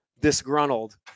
disgruntled